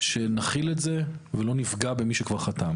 שנחיל את זה, ולא נפגע במי שכבר חתם.